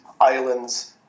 islands